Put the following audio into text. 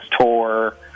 tour